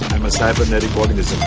and with with metabolic